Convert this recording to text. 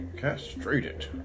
castrated